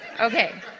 Okay